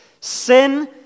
Sin